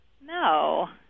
No